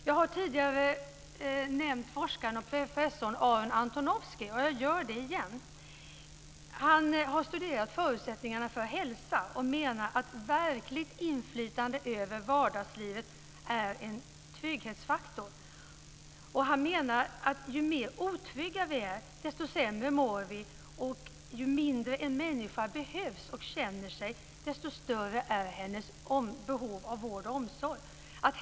Jag har tidigare nämnt forskaren och professorn Aaron Antonovsky, och jag gör det igen. Han har studerat förutsättningarna för hälsa och menar att verkligt inflytande över vardagslivet är en trygghetsfaktor. Han menar att ju mer otrygga vi är, desto sämre mår vi, och ju mindre en människa behövs och känner sig, desto större är hennes behov av vård och omsorg.